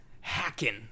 hacking